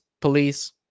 police